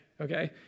Okay